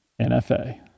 NFA